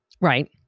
Right